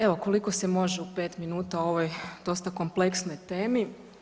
Evo koliko se može u 5 minuta o ovoj dosta kompleksnoj temi.